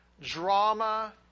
drama